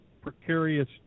precarious